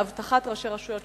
לגבי אבטחת ראשי רשויות,